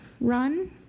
run